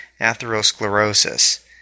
atherosclerosis